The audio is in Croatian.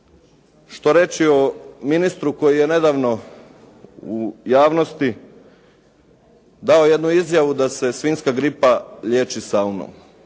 Što reći o ministru koji je nedavno u javnosti dao jednu izjavu da se svinjska gripa liječi saunom?